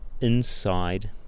inside